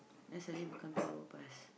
then suddenly become two hour plus